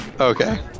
Okay